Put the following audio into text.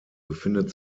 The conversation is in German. befindet